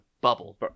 bubble